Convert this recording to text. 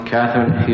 Catherine